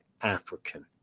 African